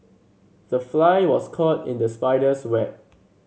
the fly was caught in the spider's web